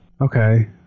Okay